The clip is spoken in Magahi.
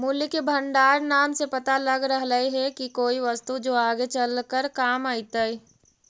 मूल्य के भंडार नाम से पता लग रहलई हे की कोई वस्तु जो आगे चलकर काम अतई